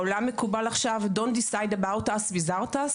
בעולם מקובלת עכשיו התפיסה של don't decide about us without us.